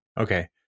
okay